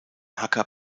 hacker